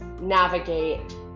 navigate